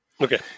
Okay